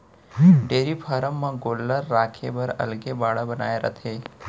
dairy farm म गोल्लर राखे बर अलगे बाड़ा बनाए रथें